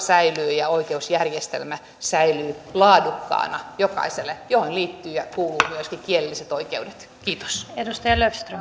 säilyvät ja jotta oikeusjärjestelmä säilyy laadukkaana jokaiselle mihin liittyy ja kuuluu myöskin kielelliset oikeudet kiitos